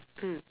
mm